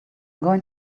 going